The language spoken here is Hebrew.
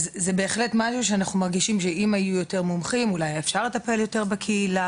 אנחנו בהחלט מרגישים שאם היו יותר מומחים אולי אפשר היה לטפל יותר בקהילה